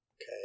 Okay